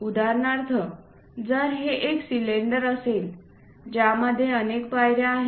उदाहरणार्थ जर हे एक सिलेंडर असेल ज्यामध्ये अनेक पायऱ्या आहेत